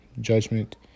judgment